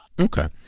Okay